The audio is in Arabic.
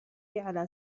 على